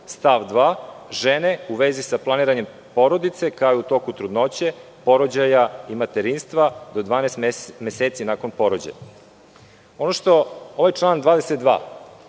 Stav 2. - žene u vezi sa planiranjem porodice, kao i u toku trudnoće, porođaja i materinstva do 12 meseci nakon porođaja. Ono što ovaj član 22.